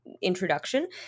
introduction